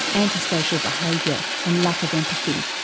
antisocial behaviour and lack of empathy.